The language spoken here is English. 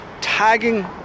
Tagging